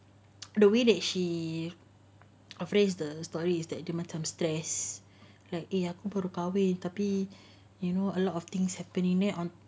the way that she have raised in the story is that dia macam stress like dia yang perlu kahwin tapi you know a lot of things happening then on